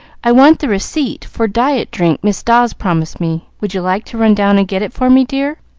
i want the receipt for diet drink miss dawes promised me would you like to run down and get it for me, dear?